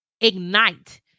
ignite